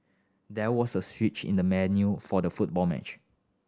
there was a switch in the menu for the football match